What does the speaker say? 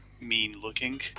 mean-looking